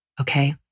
okay